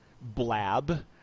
blab